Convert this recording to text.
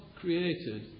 created